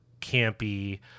campy